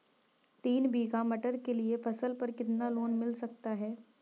तीन बीघा मटर के लिए फसल पर कितना लोन मिल सकता है?